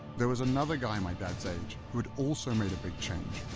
there was another guy my dad's age, who had also made a big change.